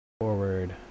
Forward